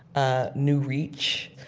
ah new reach.